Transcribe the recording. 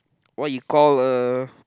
what you call a